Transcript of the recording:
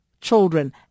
children